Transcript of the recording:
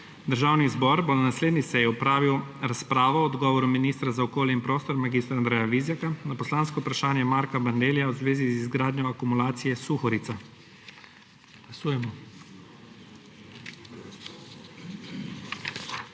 Državni zbor bo na naslednji seji opravil razpravo o odgovoru ministra za okolje in prostor mag. Andreja Vizjaka na poslansko vprašanje Marka Bandellija v zvezi z izgradnjo akumulacije Suhorica.